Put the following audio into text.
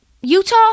Utah